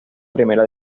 primera